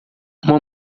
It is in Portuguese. uma